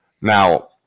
Now